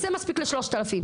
זה מספיק ל-3,000,